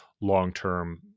long-term